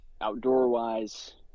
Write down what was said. outdoor-wise